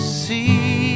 see